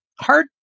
hard